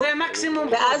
שבועות זה מקסימום חודש, נכון?